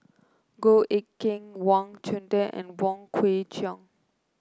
Goh Eck Kheng Wang Chunde and Wong Kwei Cheong